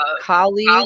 colleague